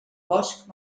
bosc